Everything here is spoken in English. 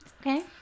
Okay